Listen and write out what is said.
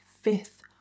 fifth